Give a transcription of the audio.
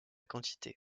quantité